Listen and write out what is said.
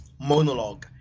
Monologue